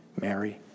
Mary